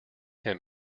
him